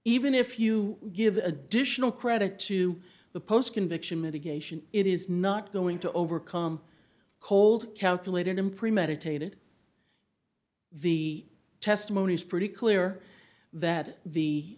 even if you give additional credit to the post conviction mitigation it is not going to overcome cold calculated in premeditated the testimony is pretty clear that